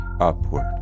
upward